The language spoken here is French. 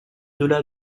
delà